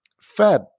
Fed